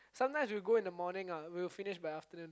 sometimes we'll go in the morning lah and we'll finish in by afternoon